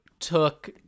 took